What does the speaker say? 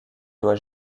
doit